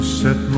set